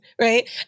right